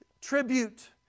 tribute